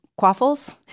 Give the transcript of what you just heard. quaffles